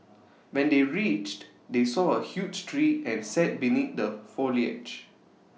when they reached they saw A huge tree and sat beneath the foliage